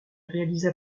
réalisa